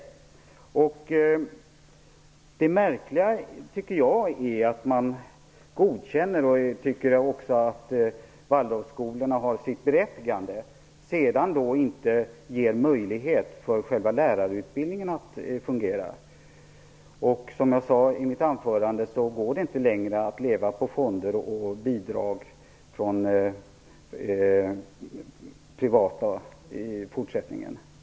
Jag tycker att det märkliga är att man godkänner Waldorfskolorna och tycker att de har sitt berättigande, men sedan ger man inte möjlighet för själva lärarutbildningen att fungera. Som jag sade i mitt anförande går det inte längre att leva på fonder och bidrag från privata givare i fortsättningen.